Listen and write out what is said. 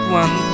one